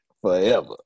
forever